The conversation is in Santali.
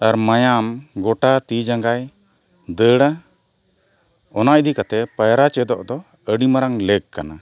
ᱟᱨ ᱢᱟᱭᱟᱢ ᱜᱚᱴᱟ ᱛᱤ ᱡᱟᱸᱜᱟᱭ ᱫᱟᱹᱲᱟ ᱚᱱᱟ ᱤᱫᱤ ᱠᱟᱛᱮᱜ ᱯᱟᱭᱨᱟ ᱪᱮᱫᱚᱜ ᱫᱚ ᱟᱹᱰᱤ ᱢᱟᱨᱟᱝ ᱞᱮᱠ ᱠᱟᱱᱟ